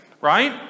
Right